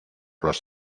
los